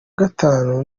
gatanu